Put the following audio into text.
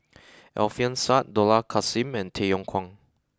Alfian Sa'at Dollah Kassim and Tay Yong Kwang